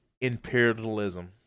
imperialism